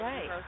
Right